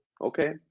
okay